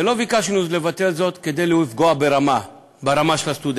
ולא ביקשנו לבטל זאת כדי לפגוע ברמת הסטודנטים